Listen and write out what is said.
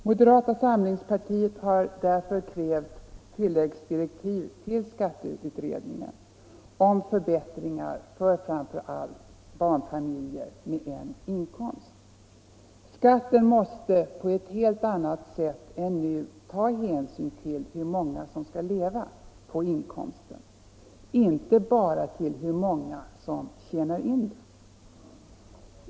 Moderata samlingspartiet har därför krävt tilläggsdirektiv till skatteutredningen om förbättringar för framför allt barnfamiljer med en inkomst. Skatten måste på ett helt annat sätt än nu ta hänsyn till hur många som skall leva på inkomsten, inte bara till hur många som tjänar in den.